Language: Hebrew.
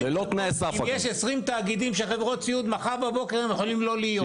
אם יש 20 תאגידים שחברות סיעוד מחר בבוקר הם יכולים לא להיות.